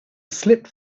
slipped